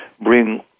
bring